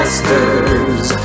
Masters